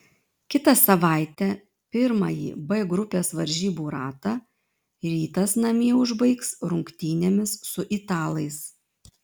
kitą savaitę pirmąjį b grupės varžybų ratą rytas namie užbaigs rungtynėmis su italais